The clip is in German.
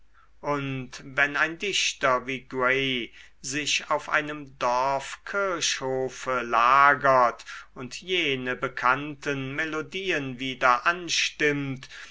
und wenn ein dichter wie gray sich auf einem dorfkirchhofe lagert und jene bekannten melodien wieder anstimmt